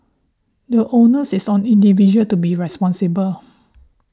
the onus is on individuals to be responsible